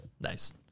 Nice